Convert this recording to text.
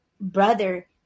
brother